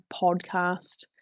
podcast